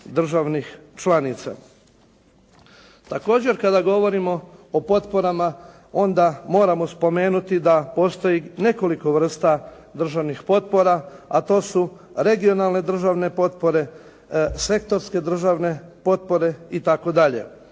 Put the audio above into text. Također kada govorimo o potporama onda moramo spomenuti da postoji nekoliko vrsta državnih potpora a to su regionalne državne potpore, sektorske državne potpore i